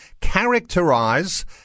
characterize